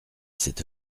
cette